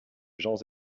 gens